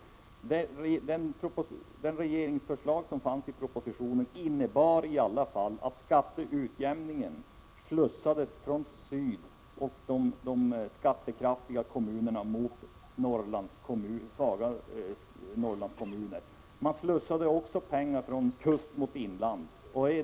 Regeringens förslag i propositionen innebar i alla fall att pengarna slussades från syd och från de skattekraftiga kommunerna mot svaga Norrlandskommuner. Man slussade också pengar från kusten mot inlandet.